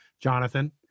Jonathan